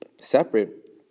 separate